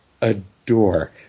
adore